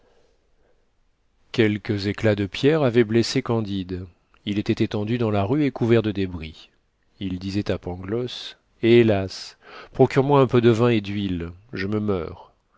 quelques éclats de pierre avaient blessé candide il était étendu dans la rue et couvert de débris il disait à pangloss hélas procure moi un peu de vin et d'huile je me meurs